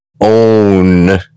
own